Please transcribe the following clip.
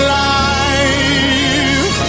life